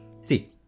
see